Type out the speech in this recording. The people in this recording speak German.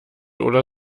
oder